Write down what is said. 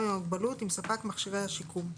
עם המוגבלות עם ספק מכשירי השיקום.